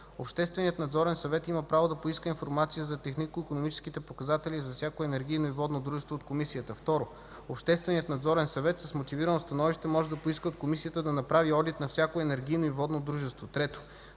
Общественият надзорен съвет има право да поиска информация за технико – икономическите показатели, за всяко енергийно и водно дружество от Комисията; 2. Общественият надзорен съвет, с мотивирано становище, може да поиска от Комисията да направи одит на всяко енергийно и водно дружество; 3.